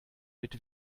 mit